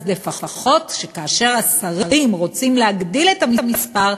לפחות שכאשר השרים רוצים להגדיל את המספר,